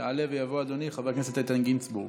יעלה ויבוא אדוני חבר הכנסת איתן גינזבורג.